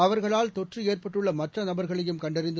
அவர்களால் தொற்று ஏற்பட்டுள்ள மற்ற நபர்களையும் கண்டறிந்து